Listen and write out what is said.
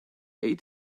ate